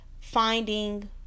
finding